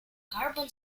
carbon